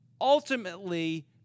ultimately